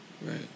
Right